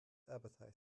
appetite